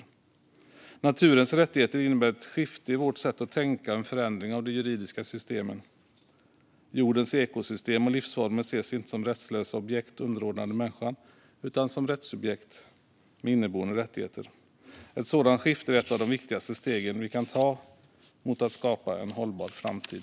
Fri och rättig-heter m.m. Naturens rättigheter innebär ett skifte i vårt sätt att tänka och en förändring av de juridiska systemen. Jordens ekosystem och livsformer ses inte som rättslösa objekt underordnade människan utan som rättssubjekt med inneboende rättigheter. Ett sådant skifte är ett av de viktigaste stegen vi kan ta mot att skapa en hållbar framtid.